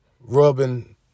rubbing